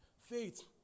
Faith